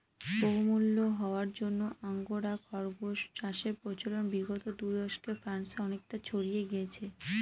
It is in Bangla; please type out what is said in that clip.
বহুমূল্য হওয়ার জন্য আঙ্গোরা খরগোস চাষের প্রচলন বিগত দু দশকে ফ্রান্সে অনেকটা ছড়িয়ে গিয়েছে